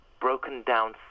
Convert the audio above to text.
broken-down